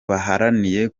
baharaniye